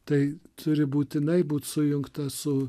tai turi būtinai būt sujungta su